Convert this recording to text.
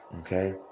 Okay